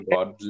God